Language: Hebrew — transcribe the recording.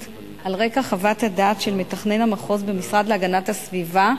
על רקע חוות הדעת של מתכנן המחוז במשרד להגנת הסביבה,